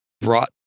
brought